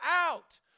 out